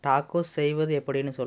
டாகோஸ் செய்வது எப்படின்னு சொல்